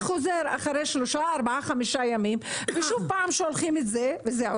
חוזרת אחרי שלושה-ארבעה ימים ושוב פעם שולחים הודעה,